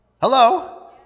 Hello